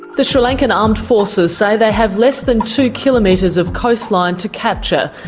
the sri lankan armed forces say they have less than two kilometres of coastline to capture.